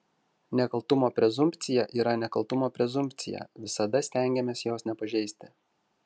nekaltumo prezumpcija yra nekaltumo prezumpcija visada stengiamės jos nepažeisti